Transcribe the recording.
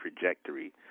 trajectory